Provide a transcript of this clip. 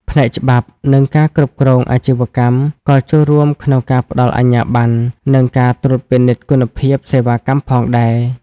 ផ្នែកច្បាប់ និងការគ្រប់គ្រងអាជីវកម្មក៏ចូលរួមក្នុងការផ្ដល់អាជ្ញាប័ណ្ណ និងការត្រួតពិនិត្យគុណភាពសេវាកម្មផងដែរ។